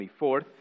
24th